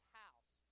house